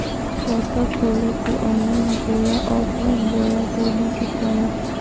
खाता खोले के ऑनलाइन बोया ऑफलाइन बोया दोनो सुविधा है?